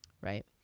right